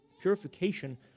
purification